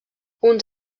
uns